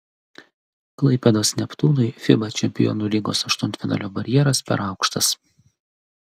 klaipėdos neptūnui fiba čempionų lygos aštuntfinalio barjeras per aukštas